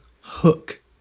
hook